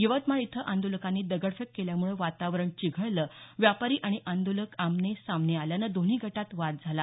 यवतमाळ इथं आंदोलकांनी दगडफेक केल्यामुळे वातावरण चिघळलं व्यापारी आणि आंदोलक आमने सामने आल्याने दोन्ही गटात वाद झाला